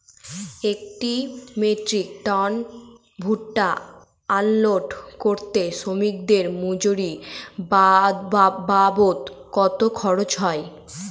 এক metric ton ভুট্টা unload করতে শ্রমিকের মজুরি বাবদ কত খরচ হয়?